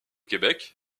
québec